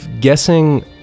guessing